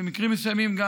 במקרים מסוימים גם